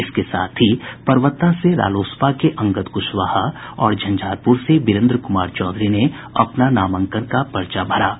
इसके साथ ही परबत्ता से रालोसपा के अंगद कृशवाहा और झंझारपूर से बिरेन्द्र कुमार चौधरी ने अपना नामांकन का पर्चा भरा है